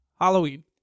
Halloween